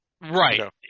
Right